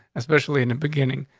especially in the beginning.